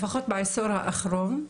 לפחות בעשור האחרון,